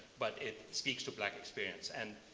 but it speaks to black experience. and